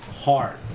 hard